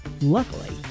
Luckily